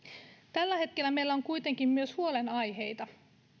tällä hetkellä meillä on kuitenkin myös huolenaiheita